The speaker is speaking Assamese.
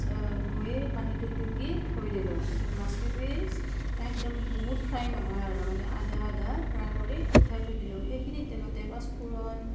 ধুই পানীটো টুকি থৈ দিলোঁ তাৰ পাছত মাছ কেইপিচ একদম বহুত ফ্ৰাই নহয় আৰু মানে আধা আধা ফ্ৰাই কৰি উঠাই থৈ দিলোঁ সেইখিনি তেলতে পাঁচফোৰণ